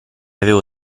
avevo